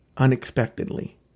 unexpectedly